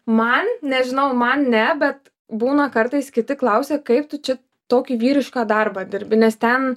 man nežinau man ne bet būna kartais kiti klausia kaip tu čia tokį vyrišką darbą dirbi nes ten